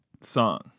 song